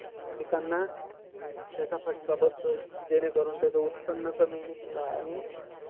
पिकांना त्याचा फटका बसतो जेणेकरून त्याचं उत्पन्न कमी निघतं आणि